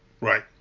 right